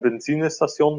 benzinestation